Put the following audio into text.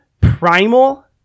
primal